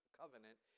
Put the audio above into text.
covenant